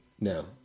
No